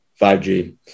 5G